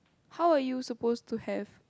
how are you supposed to have